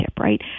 right